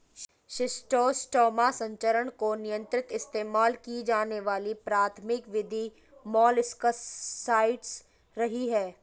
schistosoma संचरण को नियंत्रित इस्तेमाल की जाने वाली प्राथमिक विधि मोलस्कसाइड्स रही है